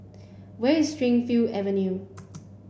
where is Avenue